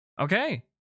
Okay